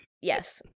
Yes